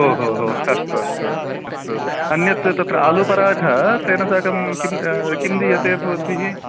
ओ हो हो अस्तु अस्तु अस्तु अन्यत् तत्र आलूपराठ तेन साकं किं किं दीयते भवद्भिः